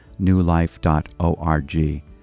newlife.org